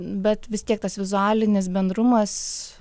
bet vis tiek tas vizualinis bendrumas